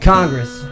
Congress